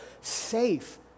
safe